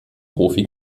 profi